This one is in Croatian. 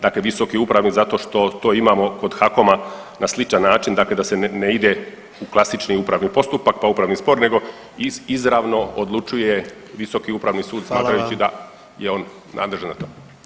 Dakle Visoki upravi zato što to imamo kod HAKOM-a na sličan način, dakle da se ne ide u klasični upravni postupak, pa upravni spor nego izravno odlučuje Visoki upravni sud [[Upadica: Hvala vam.]] smatrajući da je on nadležan za to.